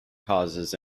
causes